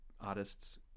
artists